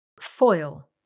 Foil